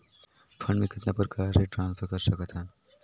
Fund मे कतना प्रकार से ट्रांसफर कर सकत हन?